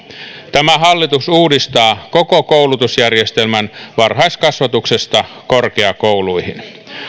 tämä hallitus uudistaa koko koulutusjärjestelmän varhaiskasvatuksesta korkeakouluihin